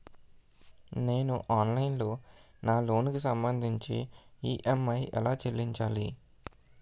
నేను ఆన్లైన్ లో నా లోన్ కి సంభందించి ఈ.ఎం.ఐ ఎలా చెల్లించాలి?